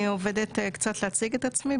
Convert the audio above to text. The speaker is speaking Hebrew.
קצת להציג את עצמי,